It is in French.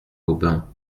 aubin